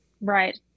Right